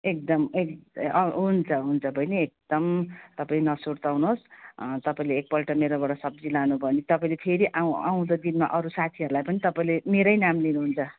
एकदम एक हुन्छ हुन्छ बहिनी एकदम तपाईँ नसुर्ताउनोस् तपाईँले एकपल्ट मेरोबाट सब्जी लानुभयो भने तपाईँले फेरि आउ आउँदो दिनमा अरू साथीहरूलाई पनि तपाईँले मेरै नाम लिनुहुन्छ